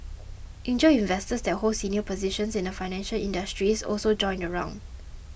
angel investors that hold senior positions in the financial industry also joined the round